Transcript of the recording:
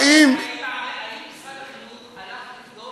האם, שאלתי אם משרד החינוך הלך לבדוק